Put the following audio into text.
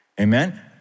Amen